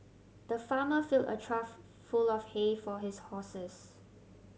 the farmer filled a trough full of hay for his horses